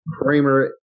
Kramer